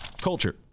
Culture